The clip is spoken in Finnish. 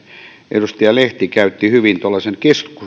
edustaja lehti käytti hyvin tuollaisen